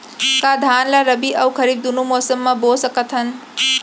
का धान ला रबि अऊ खरीफ दूनो मौसम मा बो सकत हन?